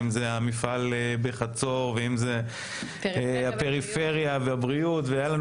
אם זה המפעל בחצור ואם זה פריפריה ובריאות והיו לנו